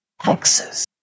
Texas